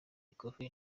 ikofi